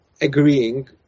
agreeing